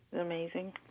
Amazing